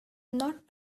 not